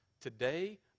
today